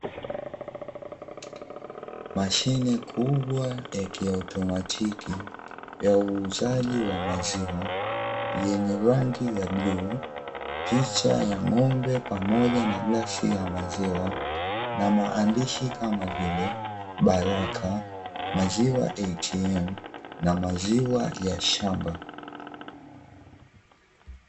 Mashine kubwa ya kiautomatiki ya uuzaji wa maziwa yenye rangi ya bluu, picha ya ng’ombe pamoja na glasi ya maziwa na maandishi kama vile Baraka, maziwa "ATM" na maziwa ya shamba.